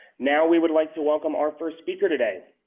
now we would like to welcome our first speaker today,